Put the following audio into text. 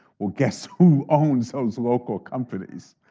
well guess who owns those local companies.